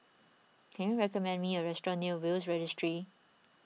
can you recommend me a restaurant near Will's Registry